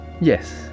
Yes